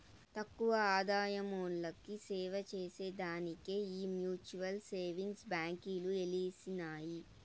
తక్కువ ఆదాయమున్నోల్లకి సేవచేసే దానికే ఈ మ్యూచువల్ సేవింగ్స్ బాంకీలు ఎలిసినాయి